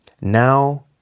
Now